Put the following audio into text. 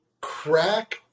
crack